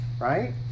right